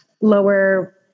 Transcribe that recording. lower